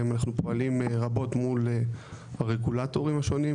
אנחנו פועלים רבות מול הרגולטורים השונים.